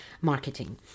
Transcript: marketing